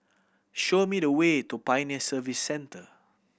show me the way to Pioneer Service Centre